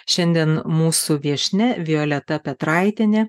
šiandien mūsų viešnia violeta petraitienė